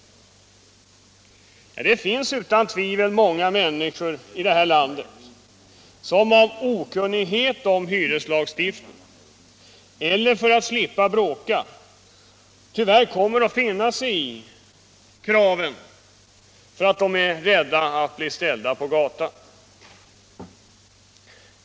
Det finns utan tvivel många människor i detta land, som av okunnighet om hyreslagstiftningen eller för att slippa bråka tyvärr kommer att finna sig i kraven, därför att de är rädda att bli ställda på gatan.